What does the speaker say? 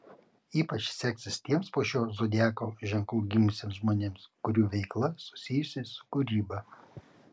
ypač seksis tiems po šiuo zodiako ženklu gimusiems žmonėms kurių veikla susijusi su kūryba